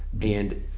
and